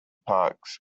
parks